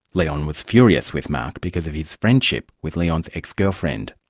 leon was furious with mark because of his friendship with leon's ex-girlfriend.